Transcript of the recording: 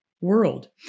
world